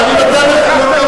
אמרת שתיתן לי עוד כמה דקות.